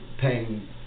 paying